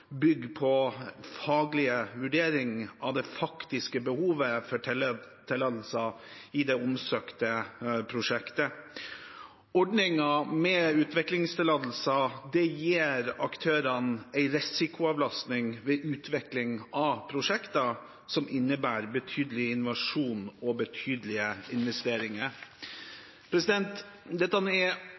i det omsøkte prosjektet. Ordningen med utviklingstillatelser gir aktørene en risikoavlastning ved utvikling av prosjekter som innebærer betydelig innovasjon og betydelige investeringer. Dette er